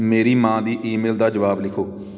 ਮੇਰੀ ਮਾਂ ਦੀ ਈਮੇਲ ਦਾ ਜਵਾਬ ਲਿਖੋ